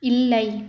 இல்லை